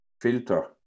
filter